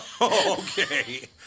Okay